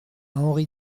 henri